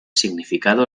significado